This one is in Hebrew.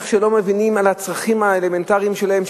לא מבינים את הצרכים האלמנטריים שלהם,